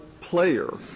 player